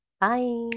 Bye